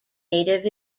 native